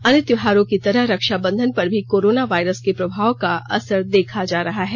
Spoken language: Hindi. अन्य त्योहारों की तरह रक्षा बंधन पर भी कोरोना वायरस के प्रभाव का असर देखा जा रहा है